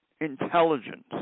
intelligence